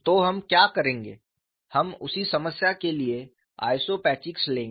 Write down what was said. तो हम क्या करेंगे हम उसी समस्या के लिए आइसोपैचिक्स लेंगे